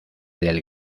del